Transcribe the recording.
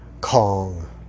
Kong